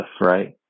right